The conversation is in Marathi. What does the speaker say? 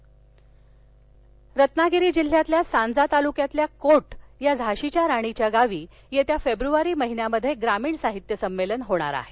ग्रामीण साहित्य संमेलन रत्नागिरी जिल्ह्यातल्या सांजा तालुक्यातील कोट या झाशीच्या राणीच्या गावी येत्या फेब्रुवारी महिन्यात ग्रामीण साहित्य संमेलन होणार आहे